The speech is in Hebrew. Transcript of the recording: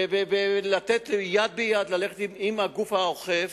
וללכת יד ביד עם הגוף האוכף,